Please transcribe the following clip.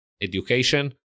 education